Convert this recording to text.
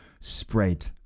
spread